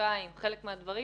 קודמותיי עם חלק מהדברים.